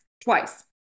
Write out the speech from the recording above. twice